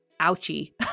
ouchie